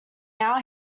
now